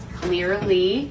clearly